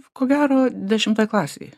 ko gero dešimtoj klasėj